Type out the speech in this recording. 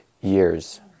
years